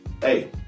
hey